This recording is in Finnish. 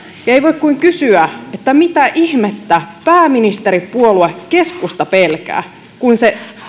ja ei voi kuin kysyä mitä ihmettä pääministeripuolue keskusta pelkää kun se